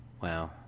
Wow